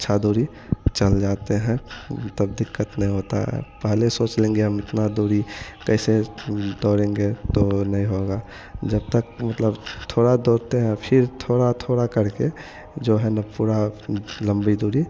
अच्छी दूरी चल जाते हैं तब दिक्कत नहीं होती है पहले सोच लेंगे हम इतनी दूरी कैसे दौड़ेंगे तो नहीं होगा जब तक मतलब थोड़ा दौड़ते हैं फ़िर थोड़ा थोड़ा करके जो है न पूरा लंबी दूरी